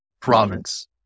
Province